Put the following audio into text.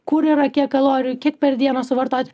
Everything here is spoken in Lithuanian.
kur yra kiek kalorijų kiek per dieną suvartot